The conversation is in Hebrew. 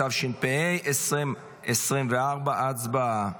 התשפ"ה 2024. הצבעה.